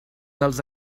dels